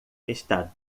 está